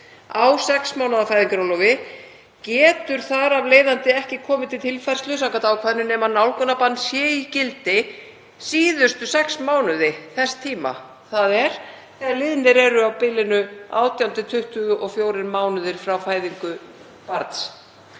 á sex mánaða fæðingarorlofi getur þar af leiðandi ekki komið til tilfærslu samkvæmt ákvæðinu nema nálgunarbann sé í gildi síðustu sex mánuði þess tíma, þ.e. þegar liðnir eru á bilinu 18–24 mánuðir frá fæðingu barns